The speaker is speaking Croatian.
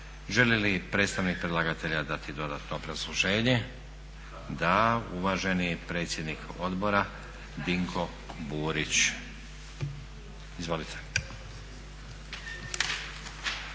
Želi li predstavnik predlagatelja dati dodatno obrazloženje? Da. Uvaženi predsjednik odbora Dinko Burić. Izvolite.